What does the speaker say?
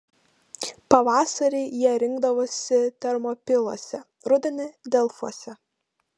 pavasarį jie rinkdavosi termopiluose rudenį delfuose